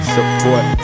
Support